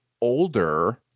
older